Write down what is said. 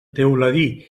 teuladí